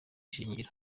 ishingiro